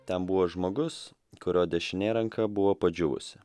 ten buvo žmogus kurio dešinė ranka buvo padžiūvusi